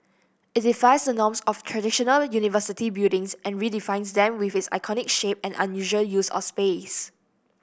it defies the norms of traditional university buildings and redefines them with its iconic shape and unusual use of space